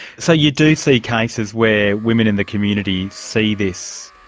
so you do see cases where women in the community see this,